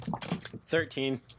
Thirteen